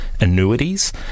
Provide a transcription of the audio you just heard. annuities